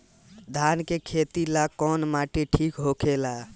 धान के खेती ला कौन माटी ठीक होखेला?